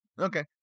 Okay